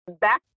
back